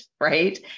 right